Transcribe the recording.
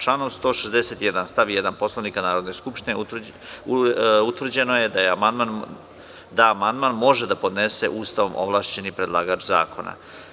Članom 161. stav 1. Poslovnika Narodne skupštine utvrđeno je da amandman može da podnese ustavom ovlašćeni predlagač zakona.